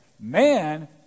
Man